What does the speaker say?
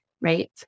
right